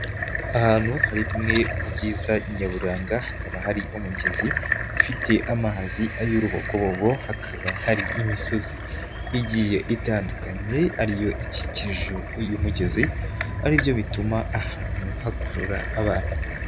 Ahantu hari bimwe mu byiza nyaburanga, hakaba hari umugezi ufite amazi ay'urubogobo, hakaba hari imisozi igiye itandukanye, ariyo ikikije uyu mugezi, aribyo bituma ahantu hakurura abantu.